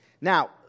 Now